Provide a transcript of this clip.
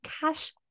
cash